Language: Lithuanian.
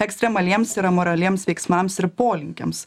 ekstremaliems ir amoraliems veiksmams ir polinkiams